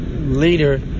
Leader